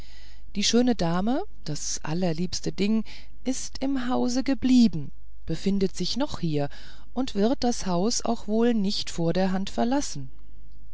die schöne dame das allerliebste ding ist im hause geblieben befindet sich noch hier und wird das haus auch wohl nicht vor der hand verlassen